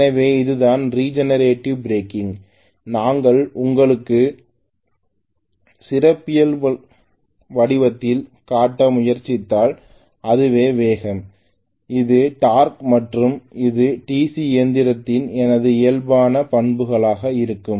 எனவே இதுதான் regenerative braking நான் உங்களுக்கு சிறப்பியல்புகளின் வடிவத்தில் காட்ட முயற்சித்தால் இதுவே வேகம் இது டார்க் மற்றும் இது டிசி இயந்திரத்தின் எனது இயல்பான பண்புகளாக இருக்கும்